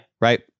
right